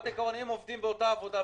זה קרן השתלמות אחרת בכלל,